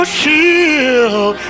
shield